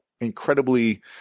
incredibly